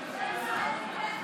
תוצאות